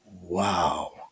wow